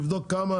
אם תבדוק כמה